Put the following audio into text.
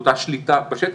אותה שליטה בשטח,